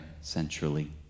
centrally